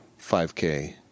5K